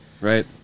Right